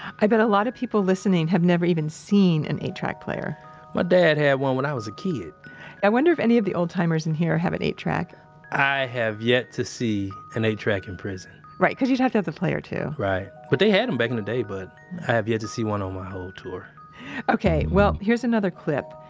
i bet a lot of people listening have never even seen an eight track player my dad had one when i was a kid i wonder if any of the old-timers in here have an eight track i have yet to see an eight track in prison right. because you'd have to have the player too right. but they had them and back in the day, but i have yet to see one on my whole tour ok. well, here's another clip,